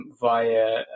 via